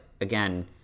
again